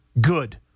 good